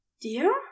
Dear